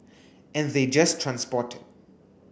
and they just transport it